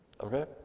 Okay